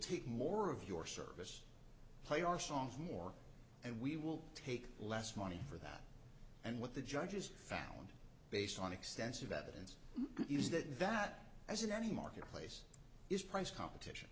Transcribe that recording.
take more of your service play our songs more and we will take less money for that and what the judges found based on extensive evidence is that vet as in any marketplace is price competition